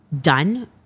done